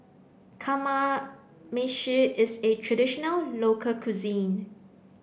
Kamameshi is a traditional local cuisine